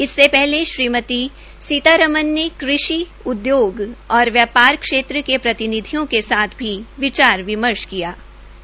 इससे पहले सीतामरन के कृषि उदयोग और व्यापार क्षेत्र के प्रतिनिधियों के साथ भी विचार विमर्श किया था